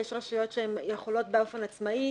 יש רשויות שהן יכולות באופן עצמאי